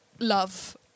love